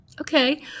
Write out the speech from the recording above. Okay